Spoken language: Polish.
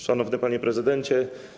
Szanowny Panie Prezydencie!